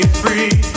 free